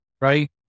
right